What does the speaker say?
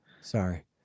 Sorry